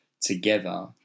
together